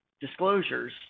disclosures